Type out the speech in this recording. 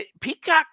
Peacock